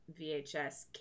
VHS